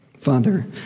Father